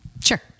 sure